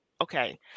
Okay